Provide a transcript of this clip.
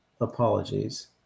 apologies